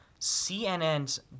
CNN's